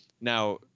Now